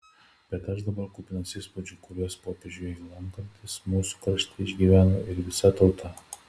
bet aš dar kupinas įspūdžių kuriuos popiežiui lankantis mūsų krašte išgyveno ir visa tauta